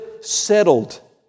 settled